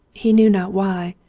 he knew not why,